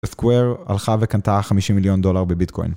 Square הלכה וקנתה 50 מיליון דולר בביטקוין.